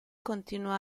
continuò